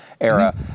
era